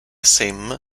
sam